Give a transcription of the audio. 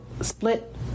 split